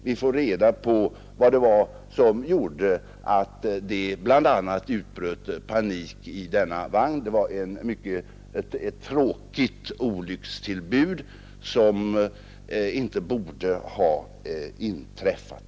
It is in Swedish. Vi får reda på vad det var som gjorde att det bl.a. utbröt panik i denna vagn. Det var ett mycket tråkigt olyckstillbud, som inte borde ha inträffat.